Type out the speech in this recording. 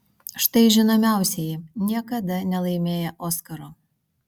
štai žinomiausieji niekada nelaimėję oskaro